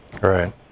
right